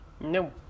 no